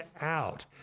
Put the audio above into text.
out